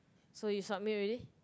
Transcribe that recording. so you submit already